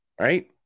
Right